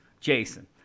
Jason